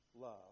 love